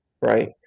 right